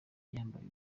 yambaye